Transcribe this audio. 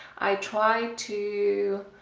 i try to,